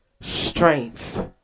Strength